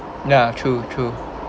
ya true true